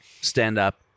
stand-up